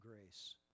grace